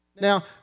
Now